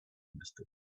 understood